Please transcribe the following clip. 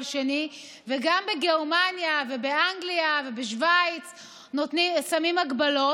שני וגם בגרמניה ובאנגליה ובשווייץ שמים הגבלות,